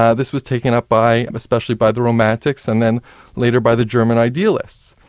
yeah this was taken up by, especially by the romantics, and then later by the german idealists.